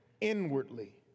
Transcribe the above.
inwardly